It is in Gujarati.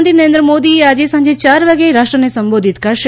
પ્રધાનમંત્રી નરેન્દ્ર મોદી આજે સાંજે ચાર વાગે રાષ્ટ્રને સંબોધિત કરશે